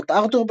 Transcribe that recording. מות ארתור,